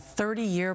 30-YEAR